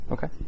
Okay